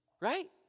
Right